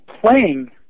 playing